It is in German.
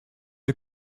der